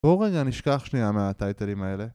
בואו רגע נשכח שנייה מהטייטלים האלה